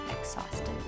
exhausted